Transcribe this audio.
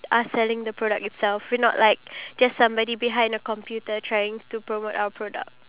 later after awhile it will like you know come back but it's okay I think I got it